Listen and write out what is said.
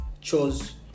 chose